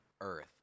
earth